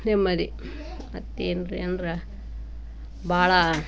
ನೆಮ್ಮದಿ ಮತ್ತೇನು ರೀ ಅಂದ್ರೆ ಭಾಳ